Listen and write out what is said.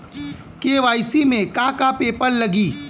KYC में का का पेपर लगी?